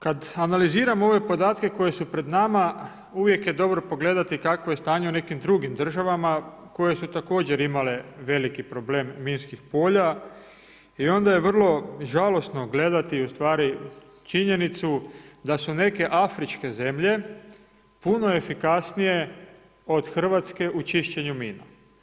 Kada analiziramo ove podatke koji su pred nama uvijek je dobro pogledati kakvo je stanje u nekim drugim državama koje su također imale veliki problem minskih polja i onda je vrlo žalosno gledati činjenicu da su neke afričke zemlje puno efikasnije od Hrvatske u čišćenju mina.